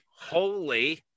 holy